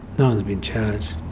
no one's been charged.